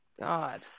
God